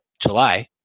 July